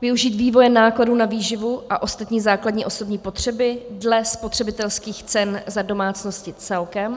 využít vývoje nákladů na výživu a ostatní základní osobní potřeby dle spotřebitelských cen za domácnosti celkem.